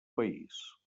país